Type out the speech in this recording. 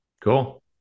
Cool